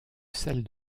celle